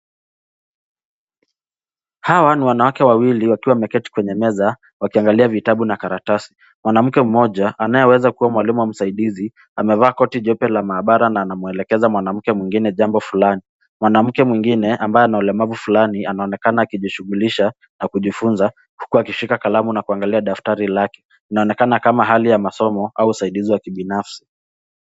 Hawa ni wanawake wawili wakiwa wameketi kwenye meza wakiangalia vitabu na karatasi. Mwanamke mmoja anayeweza kuwa mwalimu au msaidizi amevaa koti jeupe la mahabara na anamwelekeza mwanamke mwingine jambo fulani. Mwanamke mwingine amabaye anaulemavu fulani anaonekana akijishugulisha na kujifunza huku akishika kalamu kuwangalia daftari lake inaonekana kama hali ya masomo au usaidizi wa kibinafsi.